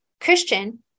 Christian